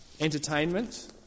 Entertainment